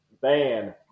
Ban